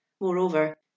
Moreover